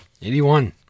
81